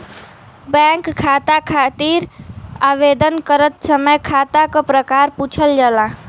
bank खाता खातिर आवेदन करत समय खाता क प्रकार पूछल जाला